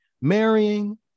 marrying